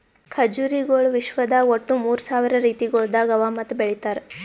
ಖಜುರಿಗೊಳ್ ವಿಶ್ವದಾಗ್ ಒಟ್ಟು ಮೂರ್ ಸಾವಿರ ರೀತಿಗೊಳ್ದಾಗ್ ಅವಾ ಮತ್ತ ಬೆಳಿತಾರ್